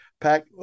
pack